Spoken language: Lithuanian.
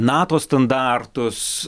nato standartus